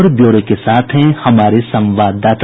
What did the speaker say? और ब्यौरे के साथ हैं हमारे संवाददाता